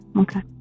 okay